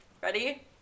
Ready